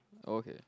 okay